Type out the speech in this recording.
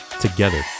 together